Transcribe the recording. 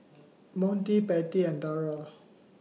Monty Patty and Darold